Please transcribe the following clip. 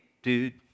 Dude